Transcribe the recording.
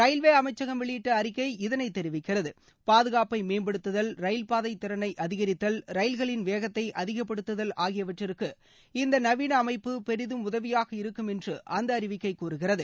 railway அமைச்சகம் வெளியிட்ட அறிக்கை இதனை தெரிவிக்கிறது மேம்படுத்துதல் ரயில்பாதை திறனை அதிகரித்தல் ரயில்களின் பாதுகாப்பை வேகத்தை அதிகப்படுத்துதல் ஆகியவற்றிற்கு இந்த நவீன அமைப்பு பெரிதும் உதவியாக இருக்கும் என்று அந்த அறிக்கை கூறுகிறது